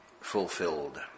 fulfilled